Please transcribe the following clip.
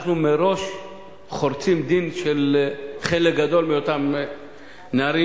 אנחנו מראש חורצים דין של חלק גדול מאותם נערים,